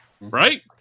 right